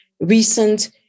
recent